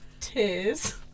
Tears